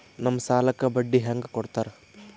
ನಮ್ ಸಾಲಕ್ ಬಡ್ಡಿ ಹ್ಯಾಂಗ ಕೊಡ್ತಾರ?